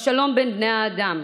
בשלום בין בני האדם,